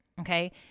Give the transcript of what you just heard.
Okay